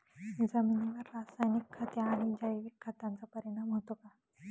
जमिनीवर रासायनिक खते आणि जैविक खतांचा परिणाम होतो का?